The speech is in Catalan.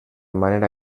manera